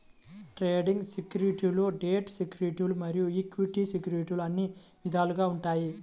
trading సెక్యూరిటీలు debt సెక్యూరిటీలు మరియు ఈక్విటీ సెక్యూరిటీలు అని విధాలుగా ఉంటాయి